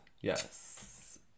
Yes